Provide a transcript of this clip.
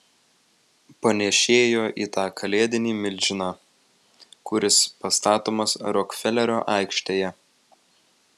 panėšėjo į tą kalėdinį milžiną kuris pastatomas rokfelerio aikštėje